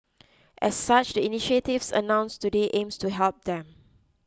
as such the initiatives announced today aims to help them